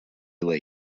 lay